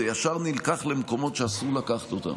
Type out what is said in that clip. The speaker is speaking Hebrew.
זה נלקח למקומות שאסור לקחת אליהם.